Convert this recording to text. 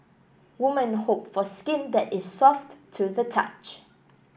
women hope for skin that is soft to the touch